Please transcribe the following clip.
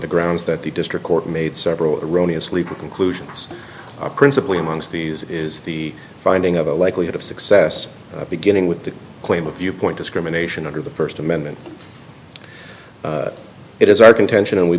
the grounds that the district court made several erroneous legal conclusions principally amongst these is the finding of a likelihood of success beginning with the claim of viewpoint discrimination under the first amendment it is our contention and we